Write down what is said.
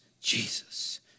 Jesus